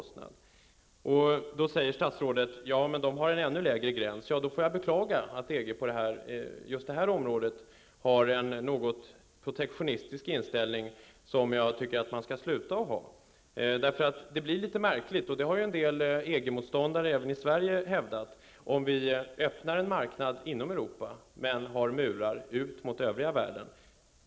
Statsrådet säger att man i EG har en ännu lägre gräns. Jag får beklaga att EG på just det här området har en något protektionistisk inställning, som jag tycker att man skall sluta att ha. Det blir litet märkligt, och det har även en del EG motståndare hävdat, om vi öppnar en marknad inom Europa men har murar mod den övriga världen.